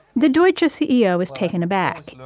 the deutsche ceo was taken aback.